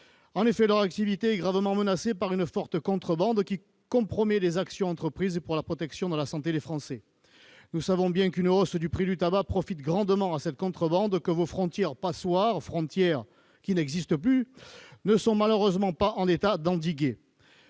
des buralistes est déjà gravement menacée par une forte contrebande qui compromet les actions entreprises pour la protection de la santé des Français. Nous savons bien qu'une hausse du prix du tabac profite grandement à cette contrebande que vos frontières passoires, désormais inexistantes, ne sont malheureusement pas en état d'endiguer.